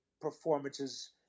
performances